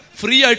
free